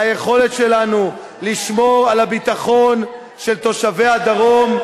ליכולת שלנו לשמור על הביטחון של תושבי הדרום.